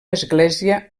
església